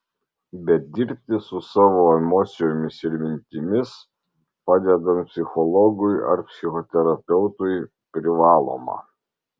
bet dirbti su savo emocijomis ir mintimis padedant psichologui ar psichoterapeutui privaloma